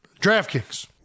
DraftKings